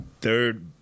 third